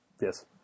Yes